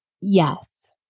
Yes